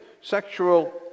sexual